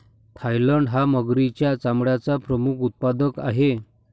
Thailand हा मगरीच्या चामड्याचा प्रमुख उत्पादक आहे